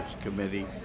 committee